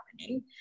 happening